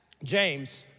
James